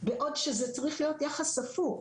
בעוד שזה צריך להיות יחס הפוך.